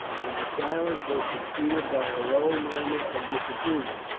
and the silence was succeeded by a low murmur of disapproval.